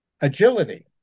agility